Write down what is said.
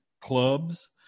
clubs